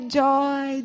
joy